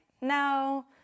no